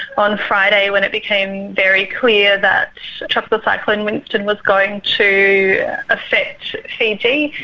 on friday when it became very clear that tropical cyclone winston was going to affect fiji,